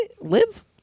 live